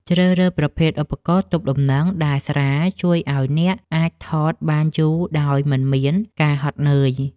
ជ្រើសរើសប្រភេទឧបករណ៍ទប់លំនឹងដែលស្រាលជួយឱ្យអ្នកអាចថតបានយូរដោយមិនមានការហត់នឿយ។